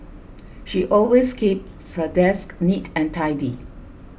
she always keeps her desk neat and tidy